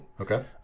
Okay